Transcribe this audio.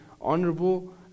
honorable